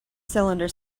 cylinder